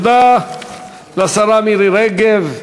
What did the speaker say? תודה לשרה מירי רגב.